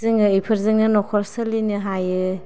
जोङो बेफोरजोंनो न'खर सोलिनो हायो